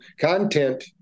content